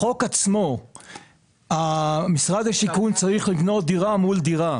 בחוק עצמו משרד השיכון צריך לקנות דירה מול דירה.